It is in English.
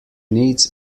needs